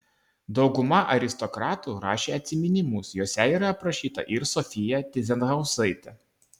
dauguma aristokratų rašė atsiminimus juose yra aprašyta ir sofija tyzenhauzaitė